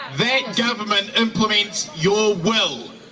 that government implements your will.